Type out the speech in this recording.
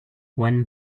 when